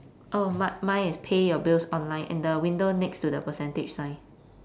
oh m~ my is pay your bills online and the window next to the percentage sign